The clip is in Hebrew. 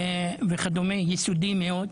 יסודי מאוד.